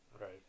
Right